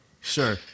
Sure